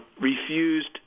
refused